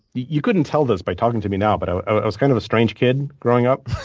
you couldn't tell this by talking to me now, but i was kind of a strange kid growing up.